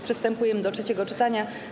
Przystępujemy do trzeciego czytania.